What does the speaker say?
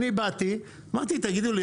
אני באתי ואמרתי: תגידו לי,